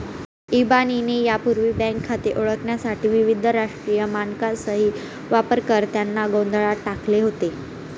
इबानीने यापूर्वी बँक खाते ओळखण्यासाठी विविध राष्ट्रीय मानकांसह वापरकर्त्यांना गोंधळात टाकले होते